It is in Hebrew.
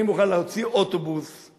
אני מוכן להוציא אוטובוס,